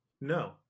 No